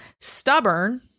stubborn